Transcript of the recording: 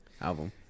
album